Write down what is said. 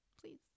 please